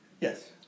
Yes